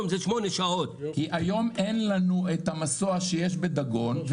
כי היום אין לנו את המסוע שיש בדגון,